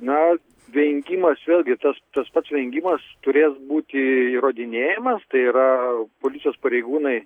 na vengimas vėlgi tas tas pats vengimas turės būti įrodinėjamas tai yra policijos pareigūnai